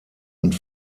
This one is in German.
und